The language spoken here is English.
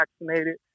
vaccinated